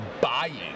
buying